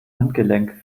handgelenk